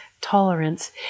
tolerance